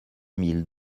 mille